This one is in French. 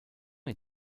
est